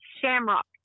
Shamrock